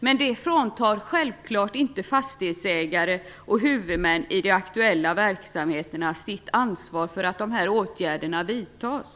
Detta fråntar självfallet inte fastighetsägare och huvudmän i de aktuella verksamheterna deras ansvar för att åtgärderna vidtas.